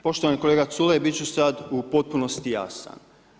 Poštovani kolega Culej, biti ću sad u potpunosti jasan.